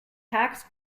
tacks